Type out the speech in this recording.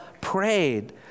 prayed